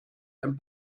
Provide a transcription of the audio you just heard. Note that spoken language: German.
ein